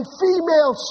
female